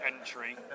entry